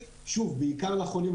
פרקטי, באמצעות